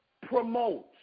promotes